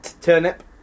Turnip